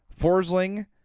Forsling